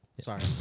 Sorry